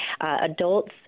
Adults